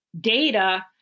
data